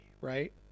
right